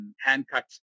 hand-cut